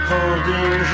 Holding